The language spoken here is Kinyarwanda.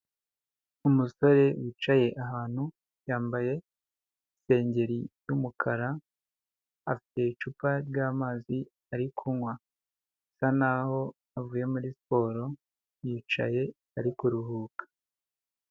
Umusore wicaye ahantu, yambaye isengeri y'umukara, afite icupa ry'amazi ari kunywa. Asa n'aho avuye muri siporo yicaye ari kuruhuka.